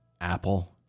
Apple